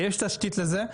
יש תשתית לזה,